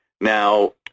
Now